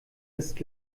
ist